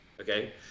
Okay